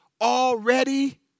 already